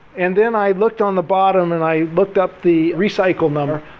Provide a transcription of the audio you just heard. and then i looked on the bottom and i looked up the recycled number.